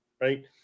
Right